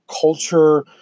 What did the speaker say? culture